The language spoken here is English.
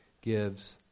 gives